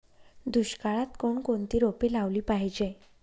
दुष्काळात कोणकोणती रोपे लावली पाहिजे?